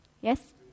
Yes